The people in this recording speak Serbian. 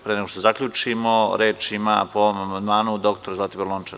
Pre nego što zaključimo, reč ima po ovom amandmanu dr Zlatibor Lončar.